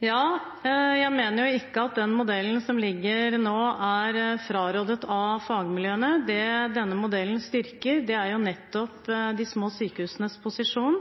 Jeg mener jo ikke at den modellen som nå debatteres, er frarådet av fagmiljøene. Det denne modellen styrker, er nettopp de små sykehusenes posisjon.